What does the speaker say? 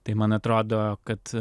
tai man atrodo kad